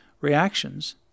reactions